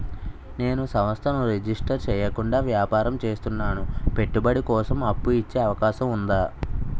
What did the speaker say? నేను సంస్థను రిజిస్టర్ చేయకుండా వ్యాపారం చేస్తున్నాను పెట్టుబడి కోసం అప్పు ఇచ్చే అవకాశం ఉందా?